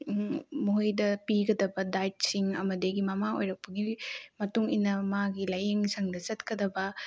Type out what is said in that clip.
ꯃꯈꯣꯏꯗ ꯄꯤꯒꯗꯕ ꯗꯥꯏꯠꯁꯤꯡ ꯑꯃꯗꯤ ꯃꯃꯥ ꯑꯣꯏꯔꯛꯄꯒꯤ ꯃꯇꯨꯡ ꯏꯟꯅ ꯃꯥꯒꯤ ꯂꯥꯏꯌꯦꯡ ꯁꯪꯗ ꯆꯠꯀꯗꯕ